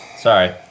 Sorry